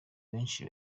benshi